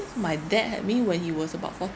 my dad had me when he was about